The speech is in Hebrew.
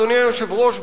אדוני היושב-ראש,